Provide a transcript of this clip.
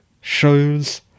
shows